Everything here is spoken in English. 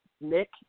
Nick